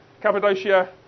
Cappadocia